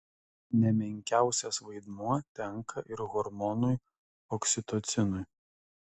ne menkiausias vaidmuo tenka ir hormonui oksitocinui